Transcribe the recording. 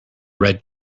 red